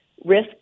risk